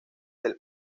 del